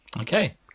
okay